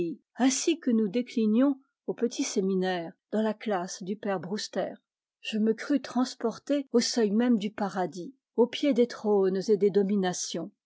ainsi que nous déclinions au petit séminaire dans la classe du père brouster je me crus transporté au seuil même du paradis au pied des trônes et des dominations